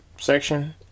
section